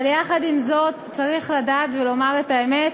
אבל יחד עם זאת צריך לדעת ולומר את האמת,